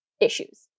issues